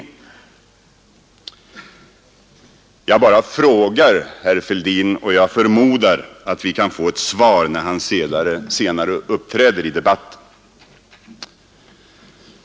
Jag bara frågar, herr Fälldin, och jag förmodar att vi kan få ett svar när herr Fälldin senare uppträder i debatten.